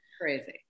crazy